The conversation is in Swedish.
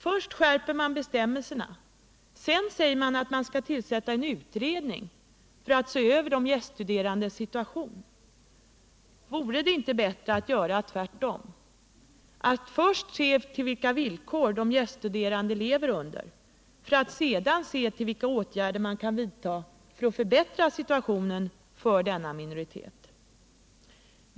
Först skärper man bestämmelserna, sedan säger man att man skall tillsätta en utredning för att se över de gäststuderandes situation. Vore det inte bättre att göra tvärtom —att först se vilka villkor de gäststuderande lever under för att sedan se vilka åtgärder man kan vidta för att förbättra situationen för denna minoritet?